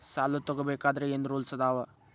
ಸಾಲ ತಗೋ ಬೇಕಾದ್ರೆ ಏನ್ ರೂಲ್ಸ್ ಅದಾವ?